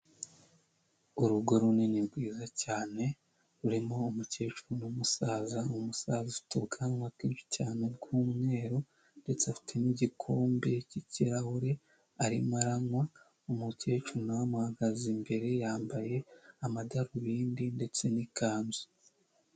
Urugo runini rwiza cyane rurimo umukecuru n'umusaza, umusaza ufite ubwanwa bwinshi cyane bw'umweru, ndetse afite n'igikombe k'ikirahure arimo aranywa, umukecuru nawe ahahagaze imbere yambaye amadarubindi ndetse n'ikanzu.